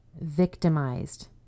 victimized